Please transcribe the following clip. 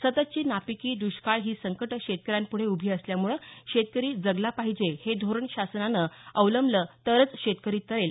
सततची नापिकी दुष्काळ ही संकटं शेतकऱ्यांपुढे उभी असल्यामुळे शेतकरी जगला पाहिजे हे धोरण शासनानं अवलंबलं तरच शेतकरी तरेल